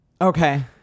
Okay